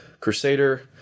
crusader